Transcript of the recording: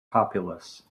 populous